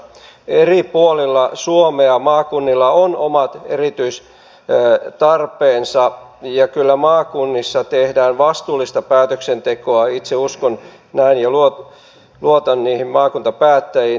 eri puolilla suomea maakunnilla on omat erityistarpeensa ja kyllä maakunnissa tehdään vastuullista päätöksentekoa itse uskon näin ja luotan niihin maakuntapäättäjiin